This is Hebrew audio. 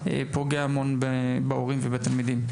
שזה נושא שפוגע המון בהורים ובתלמידים.